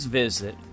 visit